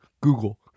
Google